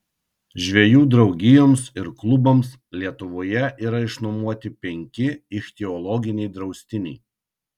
žvejų draugijoms ir klubams lietuvoje yra išnuomoti penki ichtiologiniai draustiniai